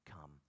come